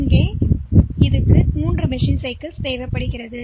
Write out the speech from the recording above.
எனவே இது 3 machine cycle ஆகும்